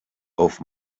auf